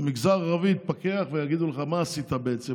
המגזר הערבי יתפכח ויגידו לך: מה עשית בעצם?